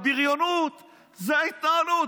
הבריונות זאת ההתנהלות,